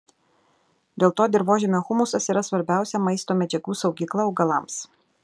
dėl to dirvožemio humusas yra svarbiausia maisto medžiagų saugykla augalams